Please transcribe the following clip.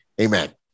Amen